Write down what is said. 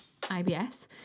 IBS